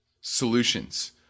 solutions